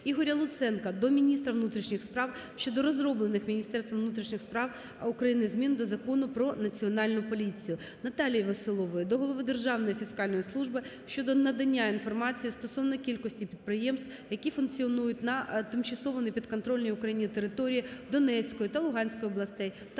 Ігоря Луценка до міністра внутрішніх справ щодо розроблених Міністерством внутрішніх справ України змін до Закону України "Про Національну поліцію". Наталії Веселової до голови Державної фіскальної служби щодо надання інформації стосовно кількості підприємств, які функціонують на тимчасово непідконтрольній Україні території Донецької та Луганської областей, та сплати